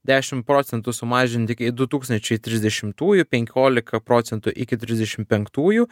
dešim procentų sumažinti iki du tūkstančiai trisdešimtųjų penkiolika procentų iki trisdešim penktųjų